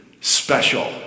special